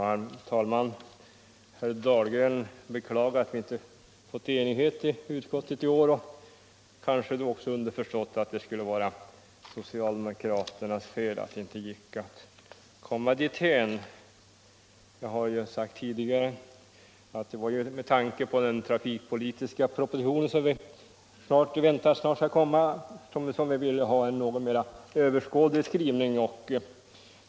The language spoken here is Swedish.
Herr talman! Herr Dahlgren beklagar att vi inte har fått enighet i utskottet i år. Kanske var det också underförstått att det skulle vara socialdemokraternas fel. Jag har sagt tidigare att vi — med tanke på att vi väntar att den trafikpolitiska propositionen snart skall läggas fram - ville ha en mer överskådlig skrivning.